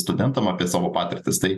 studentam apie savo patirtis tai